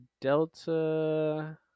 delta